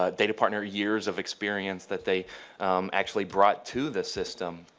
ah data partner years of experience that they actually brought to the system?